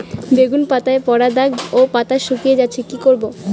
বেগুন পাতায় পড়া দাগ ও পাতা শুকিয়ে যাচ্ছে কি করব?